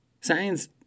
Science